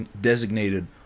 designated